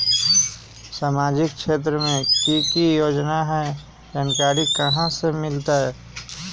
सामाजिक क्षेत्र मे कि की योजना है जानकारी कहाँ से मिलतै?